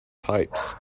types